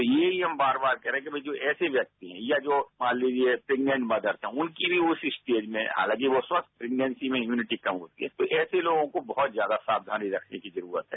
तो यही हम बार बार कह रहे हैं जो ऐसे व्यक्ति हैं या जो मान लोजिए प्रेग्नेंट मदर हैं उनकी भी उस स्टेज में हालांकि वो स्वस्थ प्रेग्नेसी में इम्यूनिटी कम होती है तो ऐसे लोगों को बहुत ज्यादा सावधानी रखने की जरूरत है